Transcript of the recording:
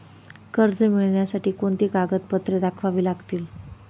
कर्ज मिळण्यासाठी कोणती कागदपत्रे दाखवावी लागतील?